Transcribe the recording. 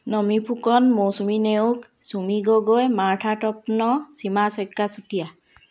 Nami Phukan Mousumi Neog Sumi Gogoi Martha Tapan Seema Saikia Chutia